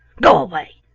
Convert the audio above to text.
go away!